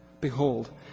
behold